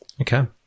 Okay